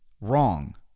wrong